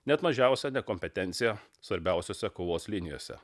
net mažiausią nekompetenciją svarbiausiose kovos linijose